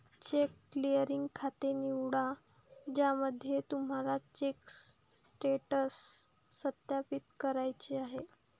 check clearing खाते निवडा ज्यासाठी तुम्हाला चेक स्टेटस सत्यापित करायचे आहे